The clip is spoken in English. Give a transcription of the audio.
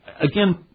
again